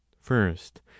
first